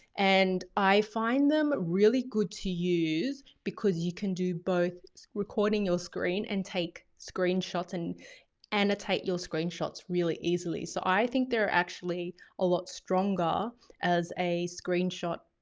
and i find them really good to use because you can do both recording your screen and take screenshots and annotate your screenshots really easily. so i think they are actually a lot stronger as a screenshot